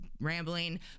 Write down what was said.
rambling